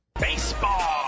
Baseball